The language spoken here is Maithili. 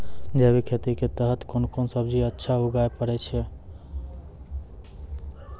जैविक खेती के तहत कोंन कोंन सब्जी अच्छा उगावय पारे छिय?